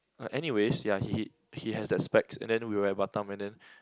uh anyways yah he he he has that specs and then we were at Batam and then